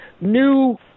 new